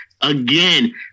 Again